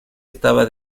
estaba